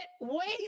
wait